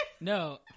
No